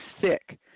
sick